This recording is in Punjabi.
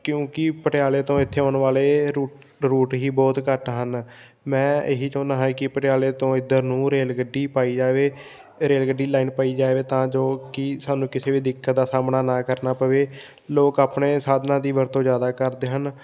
ਕਿਉਂਕਿ ਪਟਿਆਲੇ ਤੋਂ ਇੱਥੇ ਆਉਣ ਵਾਲੇ ਰੂ ਰੂਟ ਹੀ ਬਹੁਤ ਘੱਟ ਹਨ ਮੈਂ ਇਹੀ ਚਾਹੁੰਦਾ ਹਾਂ ਕਿ ਪਟਿਆਲੇ ਤੋਂ ਇੱਧਰ ਨੂੰ ਰੇਲ ਗੱਡੀ ਪਾਈ ਜਾਵੇ ਰੇਲ ਗੱਡੀ ਲਾਈਨ ਪਾਈ ਜਾਵੇ ਤਾਂ ਜੋ ਕਿ ਸਾਨੂੰ ਕਿਸੇ ਵੀ ਦਿੱਕਤ ਦਾ ਸਾਹਮਣਾ ਨਾ ਕਰਨਾ ਪਵੇ ਲੋਕ ਆਪਣੇ ਸਾਧਨਾਂ ਦੀ ਵਰਤੋਂ ਜ਼ਿਆਦਾ ਕਰਦੇ ਹਨ